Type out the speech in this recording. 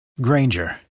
Granger